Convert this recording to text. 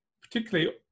Particularly